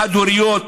חד-הוריות,